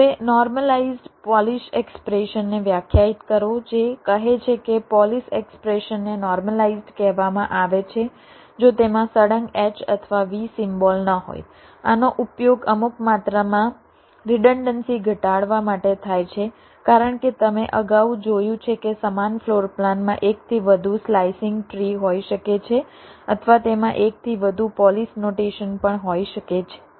હવે normalized polish expression ને વ્યાખ્યાયિત કરો જે કહે છે કે પોલિશ એક્સપ્રેશનને નોર્મલાઇઝ્ડ કહેવામાં આવે છે જો તેમાં સળંગ H અથવા V સિમ્બોલ ન હોય આનો ઉપયોગ અમુક માત્રામાં રિડન્ડન્સી ઘટાડવા માટે થાય છે કારણ કે તમે અગાઉ જોયું છે કે સમાન ફ્લોર પ્લાનમાં એકથી વધુ સ્લાઈસિંગ ટ્રી હોઈ શકે છે અથવા તેમાં એકથી વધુ પોલિશ નોટેશન હોઈ શકે છે